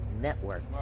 Network